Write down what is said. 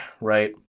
right